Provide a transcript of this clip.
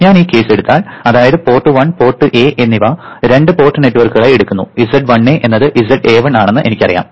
ഞാൻ ഈ കേസ് എടുത്താൽ അതായത് പോർട്ട് 1 പോർട്ട് എ എന്നിവ രണ്ട് പോർട്ട് നെറ്റ്വർക്കുകളായി എടുക്കുന്നു z1A എന്നത് zA1 ആണെന്ന് എനിക്കറിയാം